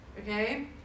okay